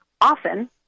often